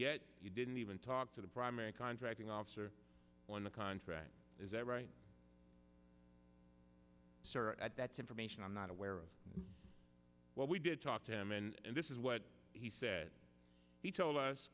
yet you didn't even talk to the primary contracting officer on the contract is that right sir at that's information i'm not aware of what we did talk to him and this is what he said he told us